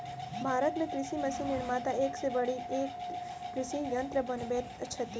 भारत मे कृषि मशीन निर्माता एक सॅ बढ़ि क एक कृषि यंत्र बनबैत छथि